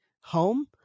home